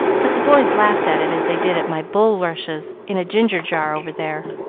but the boys laughed at it as they did at my bulrushes in a ginger-jar over there.